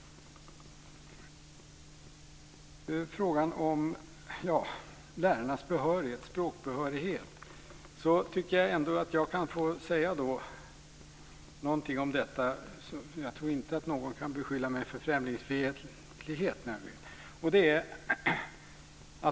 Frågan om lärarnas språkbehörighet kan jag väl få säga någonting om. Jag tycker inte att någon kan beskylla mig för främlingsfientlighet.